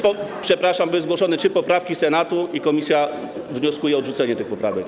Przepraszam, były zgłoszone trzy poprawki Senatu i komisja wnioskuje o odrzucenie tych poprawek.